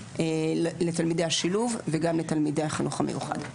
לתלמידי השילוב וגם לתלמידי החינוך המיוחד.